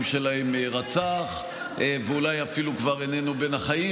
שלהם רצח ואולי אפילו כבר איננו בין החיים,